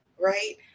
right